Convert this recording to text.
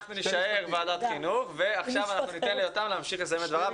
אנחנו נישאר ועדת חינוך ועכשיו אנחנו ניתן ליותם להמשיך לסיים את דבריו,